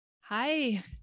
Hi